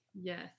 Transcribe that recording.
Yes